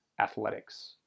athletics